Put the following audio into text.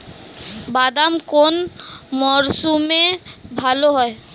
বাদাম কোন মরশুমে ভাল হয়?